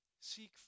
Seek